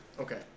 Okay